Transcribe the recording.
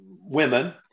women